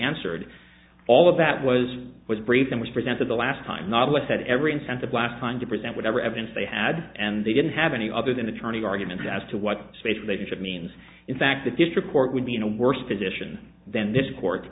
answered all of that was was brief and was presented the last time not with had every incentive last time to present whatever evidence they had and they didn't have any other than attorney argument as to what space relationship means in fact the district court would be in a worse position than this court